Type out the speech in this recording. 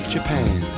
Japan